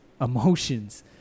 emotions